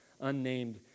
unnamed